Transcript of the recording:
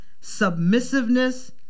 submissiveness